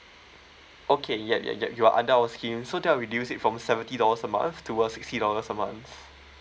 okay ya ya ya you are under our scheme so that will reduce it from seventy dollars a month to uh sixty dollars a month